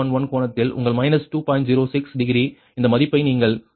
06 degree இந்த மதிப்பை நீங்கள் V31 க்கு பெற்றதாகக் கூறாது